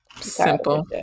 Simple